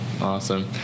Awesome